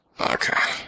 Okay